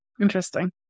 Interesting